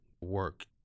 work